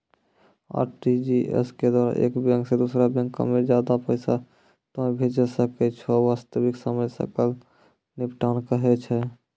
RTGS के द्वारा एक बैंक से दोसरा बैंको मे ज्यादा पैसा तोय भेजै सकै छौ वास्तविक समय सकल निपटान कहै छै?